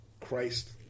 Christ